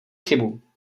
chybu